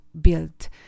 built